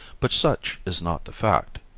but such is not the fact.